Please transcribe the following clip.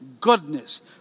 goodness